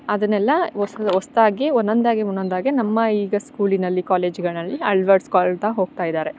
ಅದನ್ನೆಲ್ಲ ಒರ್ಸ್ತ್ ಹೊಸ್ತಾಗಿ ಒಂದೊಂದಾಗಿ ಒಂದೊಂದಾಗಿ ನಮ್ಮ ಈಗ ಸ್ಕೂಲಿನಲ್ಲಿ ಕಾಲೇಜ್ಗಳಲ್ಲಿ ಅಳವಡಿಸ್ಕೊಳ್ತಾ ಹೋಗ್ತಾಯಿದ್ದಾರೆ